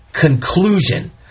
conclusion